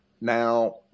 Now